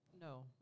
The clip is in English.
No